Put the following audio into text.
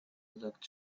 looked